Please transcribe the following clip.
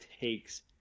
takes